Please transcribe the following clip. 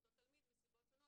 שאותו תלמיד מסיבות שונות,